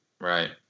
right